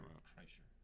Kreischer